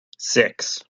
six